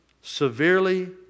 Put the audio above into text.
Severely